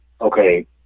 okay